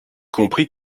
comprit